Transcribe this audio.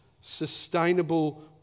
sustainable